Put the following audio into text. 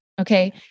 okay